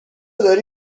داری